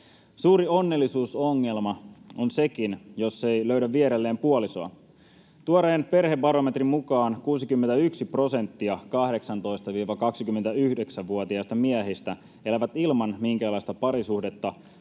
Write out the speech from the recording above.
Suuri onnellisuusongelma on sekin, jos ei löydä vierelleen puolisoa. Tuoreen perhebarometrin mukaan 61 prosenttia 18—29-vuotiaista miehistä elää ilman minkäänlaista parisuhdetta,